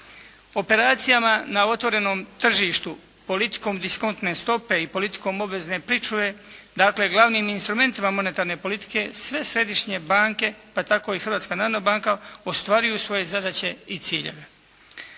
Operacijama na otvorenom tržištu, politikom diskontne stope i politikom obvezne pričuve, dakle glavnim instrumentima monetarne politike, sve središnje banke pa tako i Hrvatska narodna banka ostvaruju svoje zadaće i ciljeve.